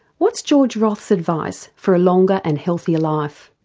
what's george roth's advice for a longer and healthier life?